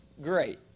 great